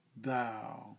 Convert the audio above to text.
thou